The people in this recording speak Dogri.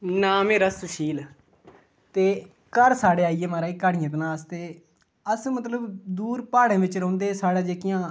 नांऽ मेरा सुशील ते घर साढ़े आई गे महाराज कड़ियां मन्हास ते अस मतलब दूर प्हाड़ें बिच्च रौंह्दे साढ़े जेह्कियां